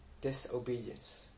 disobedience